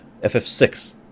FF6